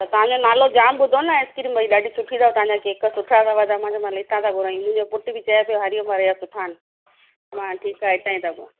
त तव्हांजो नालो जाम ॿुधो न आइसक्रीम भई ॾाढी सुठी अथव तव्हांजी केक सुठा अथव त मां चयो भले हितां था घुरायूं मुंहिंजो पुटु बि चए पियो हरि ओम वारे जा सुठा आहिनि हा ठीकु आहे हितां ई था घुरायूं